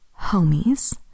homies